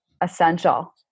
essential